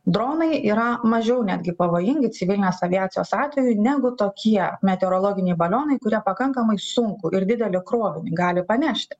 dronai yra mažiau netgi pavojingi civilinės aviacijos atveju negu tokie meteorologiniai balionai kurie pakankamai sunkų ir didelį krovinį gali panešti